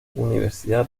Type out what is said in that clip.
universidad